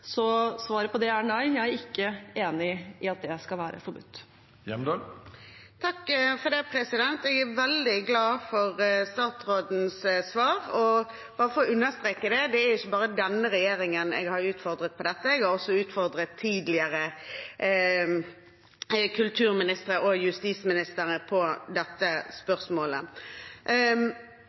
Så svaret på det er nei, jeg er ikke enig i at det skal være forbudt. Jeg er veldig glad for statsrådens svar. Og bare for å understreke det: Det er ikke bare denne regjeringen jeg har utfordret på dette, jeg har også utfordret tidligere kulturministre og justisministre på dette spørsmålet.